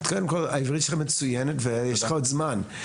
קודם כל העברית שלך מצוינת ויש לך עוד זמן.